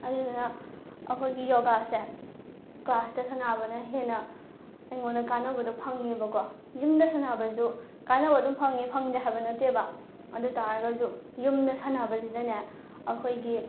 ꯑꯗꯨꯗꯨꯅ ꯑꯩꯈꯣꯏꯒꯤ ꯌꯣꯒꯥꯁꯦ ꯀ꯭ꯂꯥꯁꯇ ꯁꯥꯟꯅꯕꯅ ꯍꯦꯟꯅ ꯑꯩꯉꯣꯟꯗ ꯀꯥꯟꯅꯕꯗꯨ ꯐꯪꯉꯦꯕꯀꯣ ꯌꯨꯝꯗ ꯁꯥꯟꯅꯕꯁꯨ ꯀꯥꯟꯅꯕ ꯑꯗꯨꯝ ꯐꯪꯉꯦ ꯐꯪꯗꯦ ꯍꯥꯏꯕ ꯅꯠꯇꯦꯕ ꯑꯗꯨ ꯇꯥꯔꯒꯁꯨ ꯌꯨꯝꯗ ꯁꯥꯟꯅꯕꯁꯤꯅꯅꯦ ꯑꯩꯈꯣꯏꯒꯤ